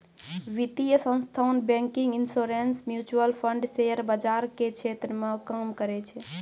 वित्तीय संस्थान banking insurance mutual fund share बाजार के क्षेत्र मे काम करै छै